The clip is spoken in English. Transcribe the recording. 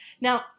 Now